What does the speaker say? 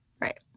Right